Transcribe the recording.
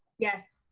yes.